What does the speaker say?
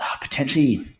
Potentially